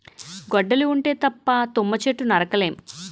గొడ్డలి ఉంటే తప్ప తుమ్మ చెట్టు నరక లేము